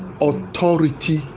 authority